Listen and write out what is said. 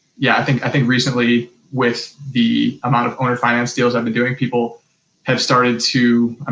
yeah, i think i think recently with the amount of owner finance deals i've been doing, people have started to,